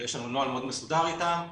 ויש לנו נוהל מאוד מסודר איתם.